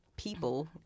People